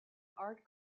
art